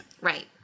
Right